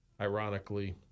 Ironically